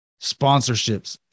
sponsorships